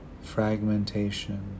fragmentation